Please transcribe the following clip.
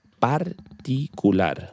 particular